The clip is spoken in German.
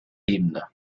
ebene